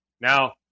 now